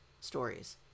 stories